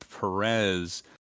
Perez